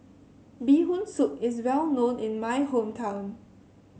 Bee Hoon Soup is well known in my hometown